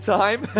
time